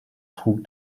trug